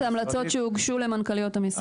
זה המלצות שהוגשו למנכ"ליות המשרד.